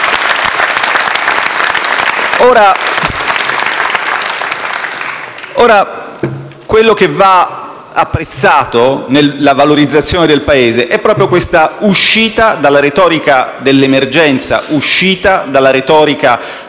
Quello che va apprezzato nella valorizzazione del Paese è proprio questa uscita dalla retorica dell'emergenza, dalla retorica del «fate